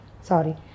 sorry